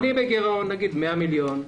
נגיד 100 מיליון.